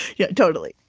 yeah, totally.